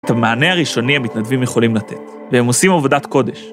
‫את המענה הראשוני המתנדבים ‫יכולים לתת, והם עושים עבודת קודש.